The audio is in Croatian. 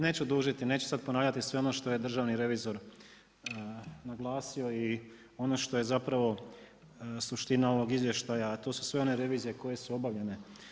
Neću dužiti, neću sad ponavljati sve ono što je državni revizor naglasio i ono što je zapravo suština ovog Izvještaja, a to su sve one revizije koje su obavljene.